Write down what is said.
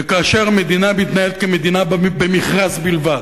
וכאשר המדינה מתנהלת כמדינה במכרז בלבד,